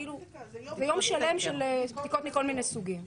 זה יום שלם של בדיקות מכל מיני סוגים.